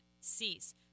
cease